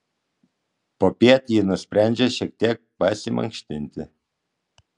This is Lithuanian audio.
popiet ji nusprendžia šiek tiek pasimankštinti